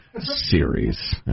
series